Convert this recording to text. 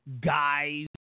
guys